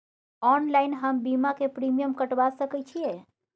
Online हम बीमा के प्रीमियम कटवा सके छिए?